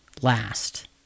last